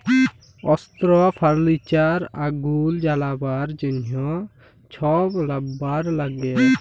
অস্ত্র, ফার্লিচার, আগুল জ্বালাবার জ্যনহ ছব লাম্বার ল্যাগে